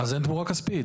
אז אין תמורה כספית.